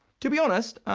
to be honest,